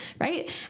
Right